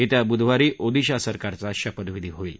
येत्या बुधवारी ओदिशा सरकारचा शपथविधी होईल